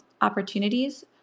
opportunities